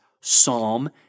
Psalm